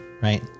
right